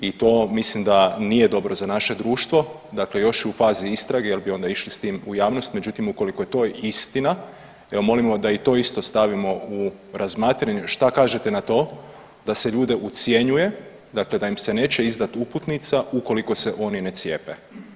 I to mislim da nije dobro za naše društvo, dakle još je u fazi istrage jer bi onda išli s tim u javnost, međutim ukoliko je to istina evo molimo da i to isto stavimo u razmatranje šta kažete na to da se ljude ucjenjuje, dakle da im se neće izdati uputnica ukoliko se oni ne cijepe.